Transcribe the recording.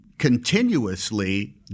Continuously